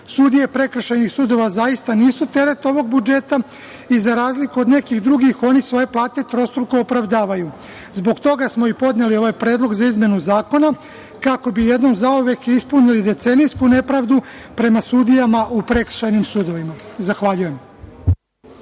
prekršajnih sudova zaista nisu teret ovog budžeta i za razliku od nekih drugih, oni svoje plate trostruko opravdavaju. Zbog toga smo i podneli ovaj predlog za izmenu zakona, kako bi jednom zauvek ispunili decenijsku nepravdu prema sudijama u prekršajnim sudovima. Hvala.